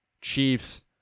Chiefs